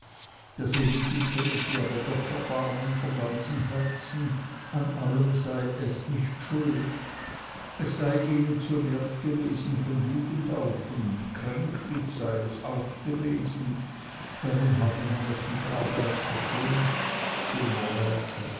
das elisi könne sie aber doch erbarmen von ganzem herzen an allem sei es nicht schuld es sei ihnen zu wert gewesen von jugend auf und kränklich sei es auch gewesen darum habe man es mit arbeit verschont dummerweise